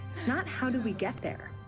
not how do we get there,